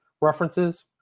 references